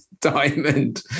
diamond